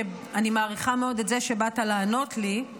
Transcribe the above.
שאני מעריכה מאוד את זה שבאת לענות לי,